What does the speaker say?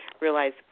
realize